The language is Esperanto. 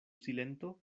silento